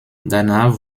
danach